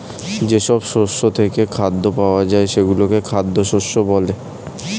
যেসব শস্য থেকে খাদ্য পাওয়া যায় সেগুলোকে খাদ্য শস্য বলে